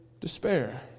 despair